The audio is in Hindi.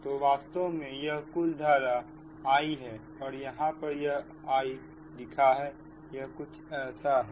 तो वास्तव में यह कुलधारा I है और यहां पर यह I लिखा है यह कुछ ऐसा है